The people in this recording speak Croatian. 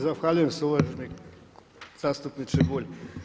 Zahvaljujem se uvaženi zastupniče Bulj.